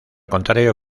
contrario